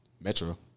Metro